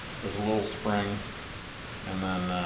there's a little spring and then